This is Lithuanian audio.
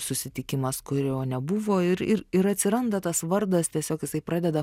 susitikimas kurio nebuvo ir ir ir atsiranda tas vardas tiesiog jisai pradeda